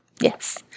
Yes